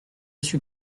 suis